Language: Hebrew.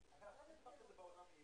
אני מחדשת את הישיבה.